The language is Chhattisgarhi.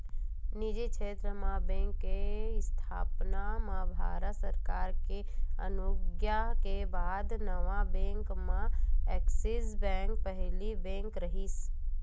निजी छेत्र म बेंक के इस्थापना म भारत सरकार के अनुग्या के बाद नवा बेंक म ऐक्सिस बेंक पहिली बेंक रिहिस